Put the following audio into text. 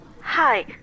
Hi